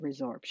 resorption